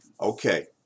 Okay